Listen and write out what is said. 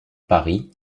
paris